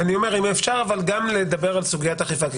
אם אפשר גם לדבר על סוגיית האכיפה.